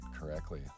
correctly